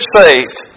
saved